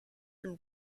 and